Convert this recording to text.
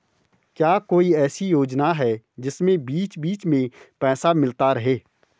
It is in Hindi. क्या कोई ऐसी योजना है जिसमें बीच बीच में पैसा मिलता रहे?